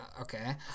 Okay